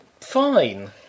fine